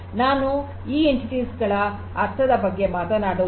ನಾನು ಈ ಘಟಕಗಳ ಅರ್ಥದ ಬಗ್ಗೆ ಮಾತನಾಡುವುದಿಲ್ಲ